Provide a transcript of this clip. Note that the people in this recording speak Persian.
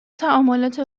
تعاملات